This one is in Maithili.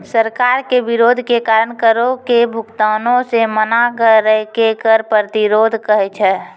सरकार के विरोध के कारण करो के भुगतानो से मना करै के कर प्रतिरोध कहै छै